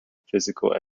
physical